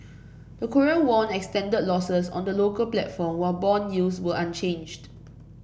the Korean won extended losses on the local platform while bond yields were unchanged